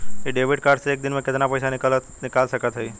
इ debit card से एक दिन मे कितना पैसा निकाल सकत हई?